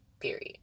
Period